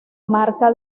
marca